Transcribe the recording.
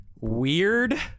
weird